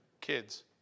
kids